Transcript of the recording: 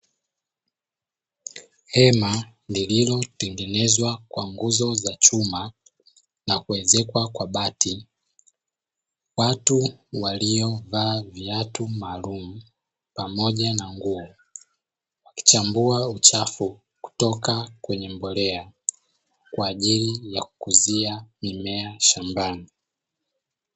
Hema lililotengenezwa kwa nguzo za chuma na kuezekwa kwa bati, watu waliovaa viatu maalumu pamoja na nguo wakichambua uchafu kutoka kwenye mbolea kwaajili ya kukuzia mimea shambani.